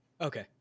Okay